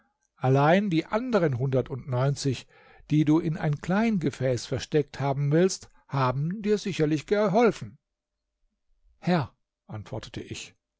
allein die anderen hundertundneunzig die du in ein kleiengefaß versteckt haben willst haben dir sicherlich aufgeholfen herr antwortete ich